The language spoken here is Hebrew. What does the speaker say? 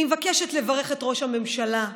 אני מבקשת לברך את ראש הממשלה,